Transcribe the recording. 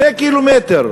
2 קילומטר,